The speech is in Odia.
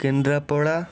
କେନ୍ଦ୍ରାପଡ଼ା